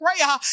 prayer